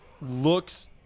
looks